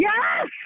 Yes